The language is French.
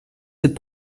cette